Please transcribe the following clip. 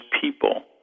people